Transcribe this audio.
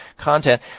content